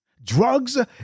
Drugs